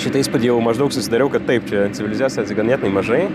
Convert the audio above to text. šitą įspūdį jau maždaug susidariau kad taip čia civilizacijos ganėtinai mažai